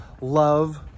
love